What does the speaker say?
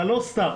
אתה לא סתם.